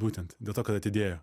būtent dėl to kad atidėjo